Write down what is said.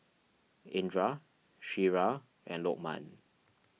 Indra Syirah and Lokman